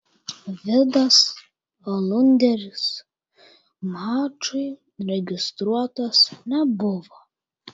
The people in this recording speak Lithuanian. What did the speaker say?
vidas alunderis mačui registruotas nebuvo